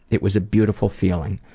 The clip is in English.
it was a beautiful feeling.